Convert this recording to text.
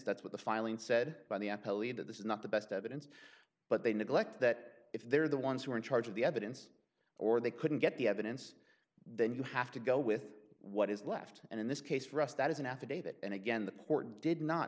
that's what the filing said by the police that this is not the best evidence but they neglect that if they're the ones who are in charge of the evidence or they couldn't get the evidence then you have to go with what is left and in this case for us that is an affidavit and again the court did not